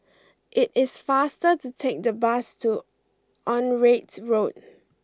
it is faster to take the bus to Onraet Road